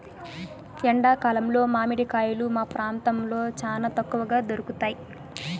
ఎండా కాలంలో మామిడి కాయలు మా ప్రాంతంలో చానా తక్కువగా దొరుకుతయ్